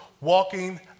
Walking